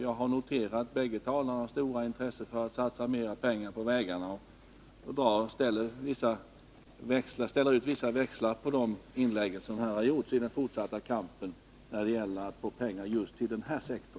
Jag har noterat bägge talarnas stora intresse för att satsa mer pengar på vägarna och kommer att dra vissa växlar på det i min fortsatta kamp för att få pengar till denna sektor.